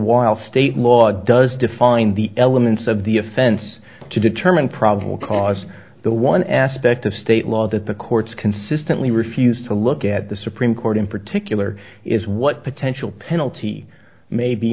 while state law does define the elements of the offense to determine probable cause the one aspect of state law that the courts consistently refuse to look at the supreme court in particular is what potential penalty may be